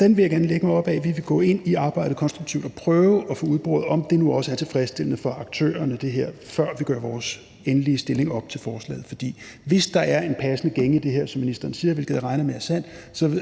den vil jeg gerne lægge mig op ad. Vi vil gå ind i arbejdet konstruktivt og prøve at få udboret, om det nu også er tilfredsstillende for aktørerne, før vi gør vores endelige stilling til forslaget op. For hvis der er en passende gænge i det her, ligesom ministeren siger, hvilket jeg regner med er sandt,